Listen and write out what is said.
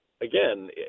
again